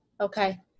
Okay